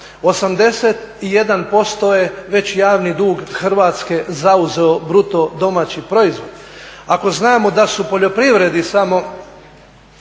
81% je već javni dug Hrvatske zauzeo bruto domaći proizvod. Ako znamo da su poljoprivredi samo